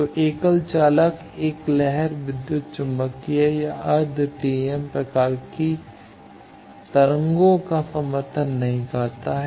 तो एकल चालक एक लहर विद्युत चुम्बकीय या अर्ध टीईएम प्रकार की तरंगों का समर्थन नहीं करता है